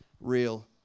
real